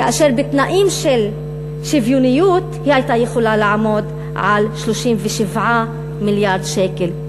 כאשר בתנאים של שוויוניות הוא היה יכול לעמוד על 37 מיליארד שקל,